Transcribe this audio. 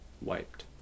wiped